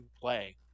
play